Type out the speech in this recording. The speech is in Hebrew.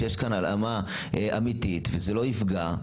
שיש כאן הלאמה אמיתית וזה לא יפגע,